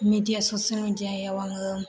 media social media आव आङो